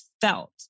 felt